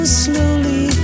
slowly